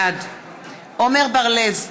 בעד עמר בר-לב,